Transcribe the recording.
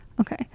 Okay